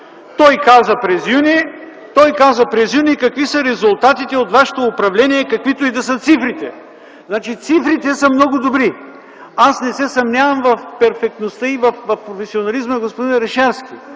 народ. Той каза през юни какви са резултатите от вашето управление, каквито и да са цифрите. Цифрите са много добри. Аз не се съмнявам в перфектността и в професионализма на господин Орешарски.